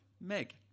Meg